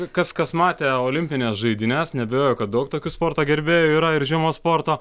kas kas matė olimpines žaidynes neabejoju kad daug tokių sporto gerbėjų yra ir žiemos sporto